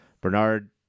Bernard